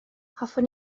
hoffwn